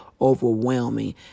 overwhelming